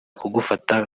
kugufata